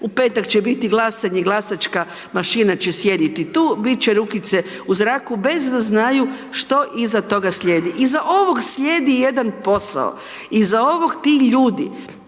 u petak će biti glasanje, glasačka mašina će sjediti tu, bit će rukice u zraku bez da znaju što iza toga slijedi. Iza ovog slijedi jedan posao, iza ovog ti ljudi,